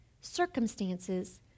circumstances